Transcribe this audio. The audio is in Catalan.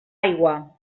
aigua